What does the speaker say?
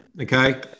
Okay